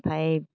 ओमफ्राय